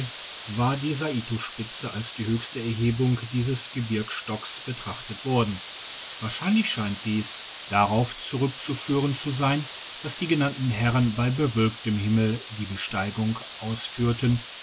war die saitospitze als die höchste erhebung dieses gebirgsstockes betrachtet worden wahrscheinlich scheint dies digitized by google darauf zurückzuführen zu sein dass die genannten herren bei bewölktem himmel die besteigung ausführten